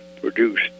produced